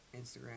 Instagram